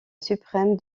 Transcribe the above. suprême